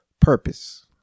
purpose